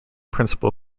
principal